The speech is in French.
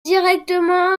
directement